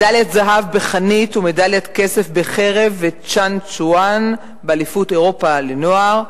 מדליית זהב בחנית ומדליית כסף בחרב וצ'אנג-צ'ואן באליפות אירופה לנוער,